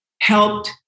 helped